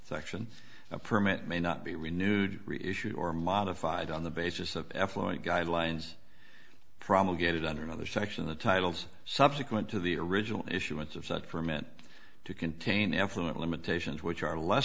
section a permit may not be renewed reissued or modified on the basis of effluent guidelines promulgated under another section the titles subsequent to the original issuance of such permit to contain effluent limitations which are less